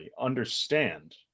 understand